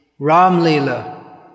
Ramlila